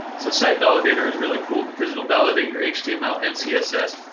so site validator is really cool, because it'll validate your html and css,